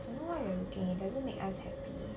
don't know why you're looking it doesn't make us happy